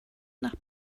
nach